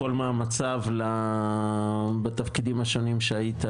שהמכרז הזה ייפתח